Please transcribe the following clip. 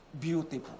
beautiful